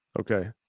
Okay